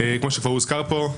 כמו שכבר הוזכר פה,